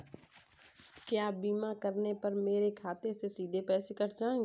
क्या बीमा करने पर मेरे खाते से सीधे पैसे कट जाएंगे?